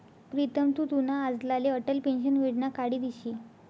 प्रीतम तु तुना आज्लाले अटल पेंशन योजना काढी दिशी